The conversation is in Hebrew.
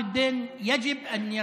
שוכרן.